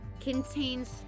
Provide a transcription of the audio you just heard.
contains